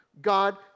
God